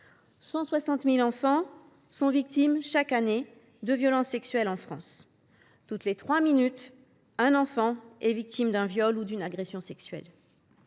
160 000 enfants sont victimes chaque année de violences sexuelles en France ; ainsi, toutes les trois minutes, un enfant est victime d’un viol ou d’une agression sexuelle.